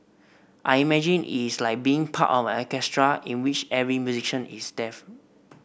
I imagine it's like being part of an orchestra in which every musician is deaf